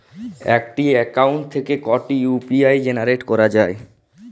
একটি অ্যাকাউন্ট থেকে কটি ইউ.পি.আই জেনারেট করা যায়?